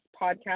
podcast